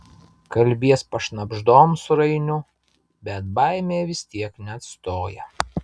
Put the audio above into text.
kalbies pašnabždom su rainiu bet baimė vis tiek neatstoja